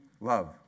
love